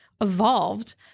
evolved